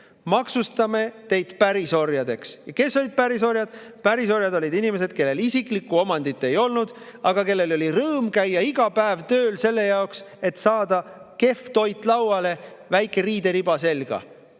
Maksustame teid pärisorjadeks! Kes olid pärisorjad? Pärisorjad olid inimesed, kellel isiklikku omandit ei olnud, aga kellel oli rõõm käia iga päev tööl selle jaoks, et saada kehv toit lauale ja väike riideriba selga.